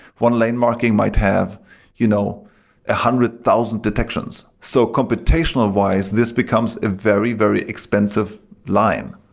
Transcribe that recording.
one lane marking might have you know ah hundred thousand detections. so computational wise, this becomes a very, very expensive line,